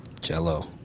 Jello